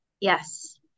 Yes